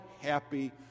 happy